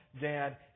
dad